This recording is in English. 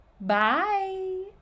Bye